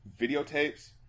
Videotapes